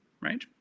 right